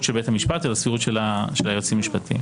של בית המשפט והסבירות של היועצים המשפטיים.